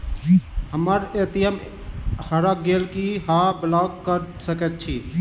हम्मर ए.टी.एम हरा गेल की अहाँ ब्लॉक कऽ सकैत छी?